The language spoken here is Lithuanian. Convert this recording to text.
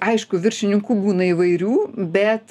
aišku viršininkų būna įvairių bet